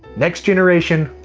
next generation,